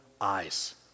eyes